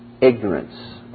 ignorance